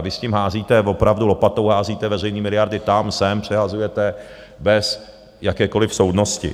Vy s tím házíte opravdu lopatou, házíte veřejný miliardy tam, sem, přehazujete bez jakékoliv soudnosti.